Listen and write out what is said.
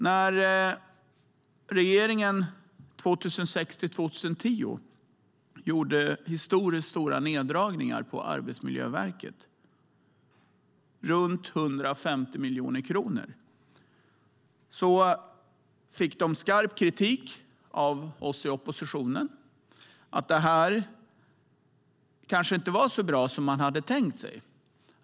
När regeringen 2006-2010 gjorde historiskt stora neddragningar på Arbetsmiljöverket, runt 150 miljoner kronor, fick regeringen skarp kritik av oss i oppositionen. Det kanske inte var så bra som man hade tänkt sig.